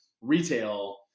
retail